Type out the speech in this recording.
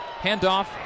handoff